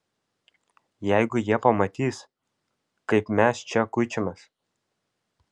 jeigu jie pamatys kaip mes čia kuičiamės